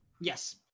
Yes